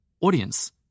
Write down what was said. Audience